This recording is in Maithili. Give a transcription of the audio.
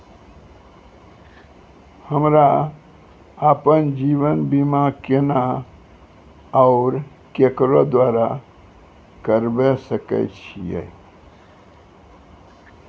हमरा आपन जीवन बीमा केना और केकरो द्वारा करबै सकै छिये?